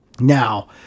Now